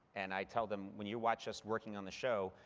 and i tell them, when you watch us working on the show,